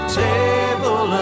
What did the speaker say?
table